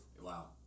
Wow